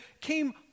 came